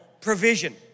provision